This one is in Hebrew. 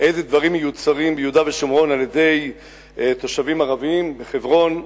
איזה דברים מיוצרים ביהודה ושומרון על-ידי תושבים ערבים בחברון,